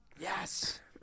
Yes